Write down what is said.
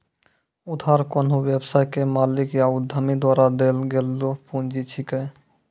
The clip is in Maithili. उधार कोन्हो व्यवसाय के मालिक या उद्यमी द्वारा देल गेलो पुंजी छिकै